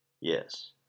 Yes